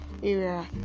area